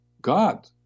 God